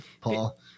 Paul